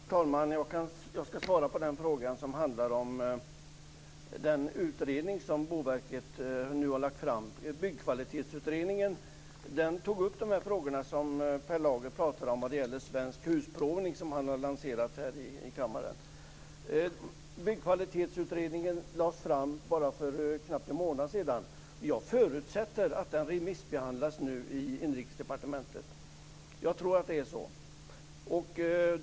Fru talman! Först ett svar på den fråga som gäller Boverkets utredning. Byggkvalitetsutredningen tog upp de frågor som Per Lager berör vad gäller svensk husprovning, som han lanserat i denna kammare. Byggkvalitetsutredningen lades fram för knappt en månad sedan. Jag förutsätter att den nu remissbehandlas i Inrikesdepartementet - jag tror i alla fall att det är så.